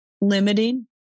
limiting